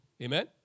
Amen